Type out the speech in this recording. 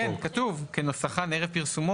כן, כתוב: "כנוסחן ערב פרסומו".